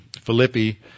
Philippi